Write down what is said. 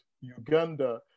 Uganda